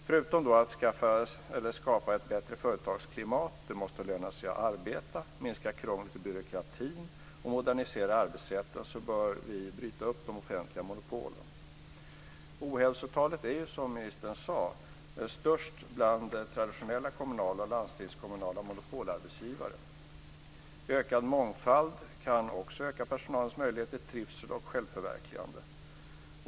Förutom att skapa ett bättre företagsklimat - det måste löna sig att arbeta, krånglet och byråkratin måste minska och arbetsrätten moderniseras - bör vi bryta upp de offentliga monopolen. Ohälsotalet är, som ministern sade, störst bland traditionella kommunala och landstingskommunala monopolarbetsgivare. Ökad mångfald kan också öka personalens möjligheter till trivsel och självförverkligande.